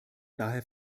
daher